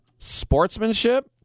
Sportsmanship